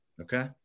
Okay